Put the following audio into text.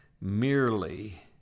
merely